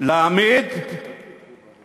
להעמיד את